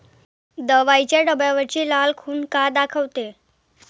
दवाईच्या डब्यावरची लाल खून का दाखवते?